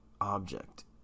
object